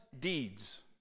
deeds